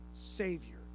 Savior